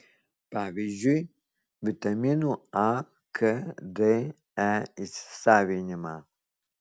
pavyzdžiui vitaminų a k d e įsisavinimą